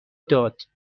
داد